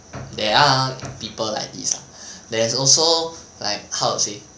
there are people like this lah there's also like how to say